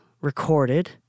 recorded